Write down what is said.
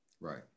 right